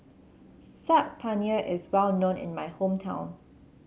Saag Paneer is well known in my hometown